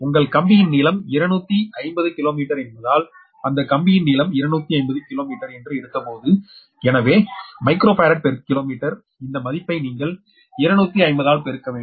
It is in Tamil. உங்கள் கம்பியின் நீளம் 250 கிலோமீட்டர் என்பதால் அந்த கம்பியின் நீளம் 250 கிலோமீட்டர் என்று எடுத்தபோது எனவே மைக்ரோஃபாரட் பெர் கிலோமீட்டர் இந்த மதிப்பை நீங்கள் 250 ஆல் பெருக்க வேண்டும்